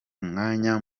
umwanya